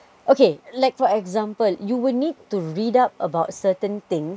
okay like for example you will need to read up about certain things